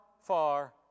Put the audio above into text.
far